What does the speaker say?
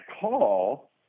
call